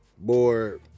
more